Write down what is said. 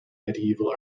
medieval